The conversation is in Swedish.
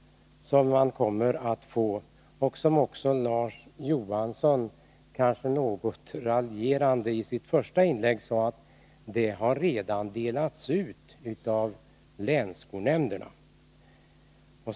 Detta kommer man att få. Larz Johansson sade i sitt första inlägg kanske något raljerande att detta redan har delats ut av länsskolnämnderna.